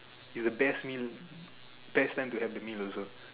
you the best meal best time to have the meal also